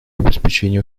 обеспечении